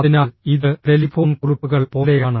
അതിനാൽ ഇത് ടെലിഫോൺ കുറിപ്പുകൾ പോലെയാണ്